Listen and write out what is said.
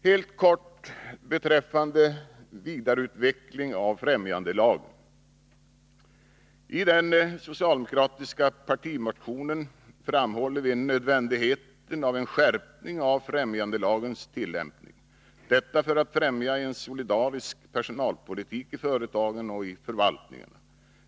Helt kort beträffande en vidareutveckling av främjandelagen: I den socialdemokratiska partimotionen framhåller vi nödvändigheten av en skärpning av främjandelagens tillämpning, för att främja en solidarisk personalpolitik i företagen och förvaltningarna.